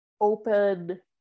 open